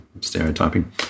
stereotyping